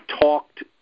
talked